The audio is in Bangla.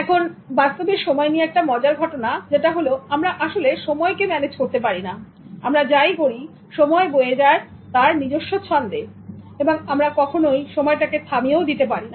এখন বাস্তবে সময় নিয়ে একটা মজার ঘটনা যেটা হলো আমরা আসলে সময়কে ম্যানেজ করতে পারিনা আমরা যাই করি সময় বয়ে যায় তার নিজস্ব ছন্দে এবং আমরা কখনই সময়টাকে আমরা থামিয়েও দিতে পারি না